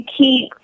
keep